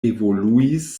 evoluis